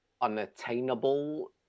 unattainable